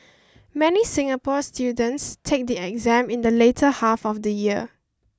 many Singapore students take the exam in the later half of the year